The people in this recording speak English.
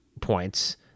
points